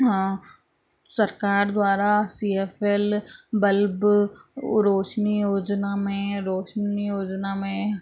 हा सरकारि द्वारा सी एफ एल बल्ब हू रोशिनी योजिना में रोशिनी योजिना में